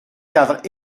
cadre